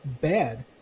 bad